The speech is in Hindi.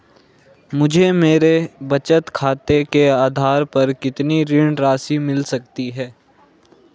मुझे मेरे बचत खाते के आधार पर कितनी ऋण राशि मिल सकती है?